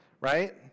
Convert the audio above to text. right